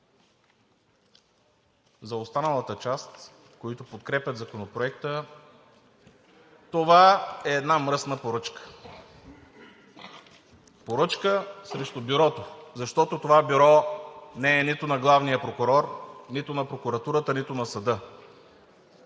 За останалата част, които подкрепят Законопроекта, това е една мръсна поръчка. Поръчка срещу Бюрото, защото това Бюро не е нито на главния прокурор, нито на прокуратурата, нито на съда.